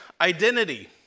identity